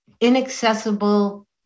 inaccessible